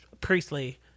Priestley